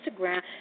Instagram